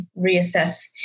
reassess